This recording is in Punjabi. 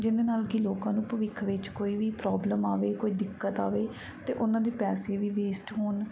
ਜਿਹਦੇ ਨਾਲ ਕਿ ਲੋਕਾਂ ਨੂੰ ਭਵਿੱਖ ਵਿੱਚ ਕੋਈ ਵੀ ਪ੍ਰੋਬਲਮ ਆਵੇ ਕੋਈ ਦਿੱਕਤ ਆਵੇ ਅਤੇ ਉਹਨਾਂ ਦੇ ਪੈਸੇ ਵੀ ਵੇਸਟ ਹੋਣ